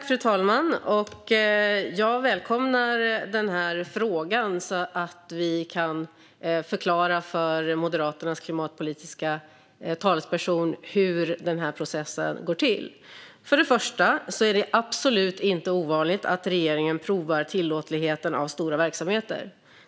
Fru talman! Jag välkomnar frågan så att vi kan förklara för Moderaternas klimatpolitiska talesperson hur processen går till. Först och främst är det absolut inte ovanligt att regeringen provar tillåtligheten av stora verksamheter.